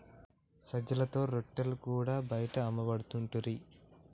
సజ్జలతో రొట్టెలు కూడా బయట అమ్మపడుతుంటిరి